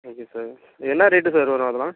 okay sir என்ன rate sir வரும் அதெல்லாம்